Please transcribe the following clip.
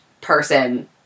person